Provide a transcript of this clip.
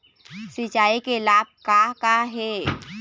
सिचाई के लाभ का का हे?